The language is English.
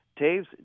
Taves